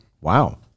Wow